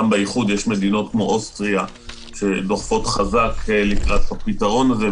גם באיחוד יש מדינות כמו אוסטריה שדוחפות חזק לקראת הפתרון הזה,